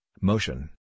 motion